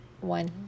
one